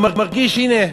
הוא מרגיש, הנה,